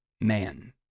Man